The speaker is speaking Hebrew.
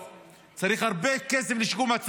צריך הרבה כסף לשיקום הדרום,